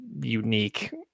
unique